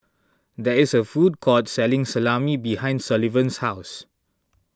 there is a food court selling Salami behind Sullivan's house